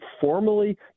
formally